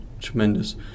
tremendous